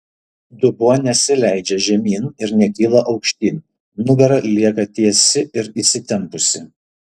dubuo nesileidžia žemyn ir nekyla aukštyn nugara lieka tiesi ir įsitempusi